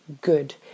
good